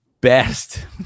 best